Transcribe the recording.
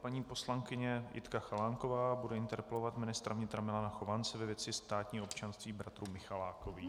Paní poslankyně Jitka Chalánková bude interpelovat ministra vnitra Milana Chovance ve věci státního občanství bratrů Michalákových.